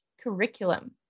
curriculum